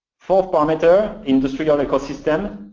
fourth parameter, industrial ecosystem.